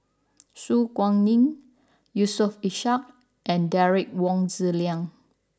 Su Guaning Yusof Ishak and Derek Wong Zi Liang